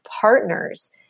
partners